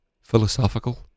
Philosophical